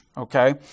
Okay